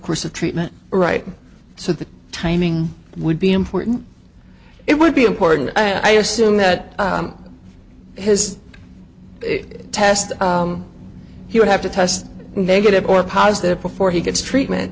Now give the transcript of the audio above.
course of treatment right so the timing would be important it would be important i assume that his test he would have to test negative or positive before he gets treatment